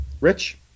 Rich